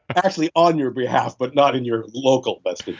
actually, on your behalf, but not in your local best